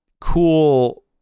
cool